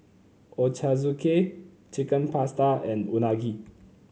Ochazuke Chicken Pasta and Unagi